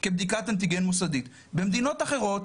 או אנטיגן מוסדי או PCR,